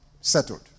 Settled